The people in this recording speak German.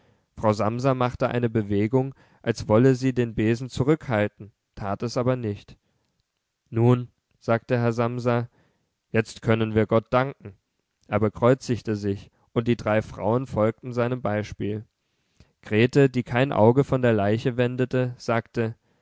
frau samsa machte eine bewegung als wolle sie den besen zurückhalten tat es aber nicht nun sagte herr samsa jetzt können wir gott danken er bekreuzte sich und die drei frauen folgten seinem beispiel grete die kein auge von der leiche wendete sagte